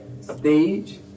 stage